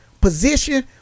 position